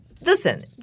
listen